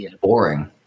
boring